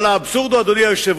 אבל האבסורד הוא, אדוני היושב-ראש,